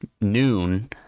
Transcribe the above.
noon